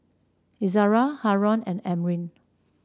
Izzara Haron and Amrin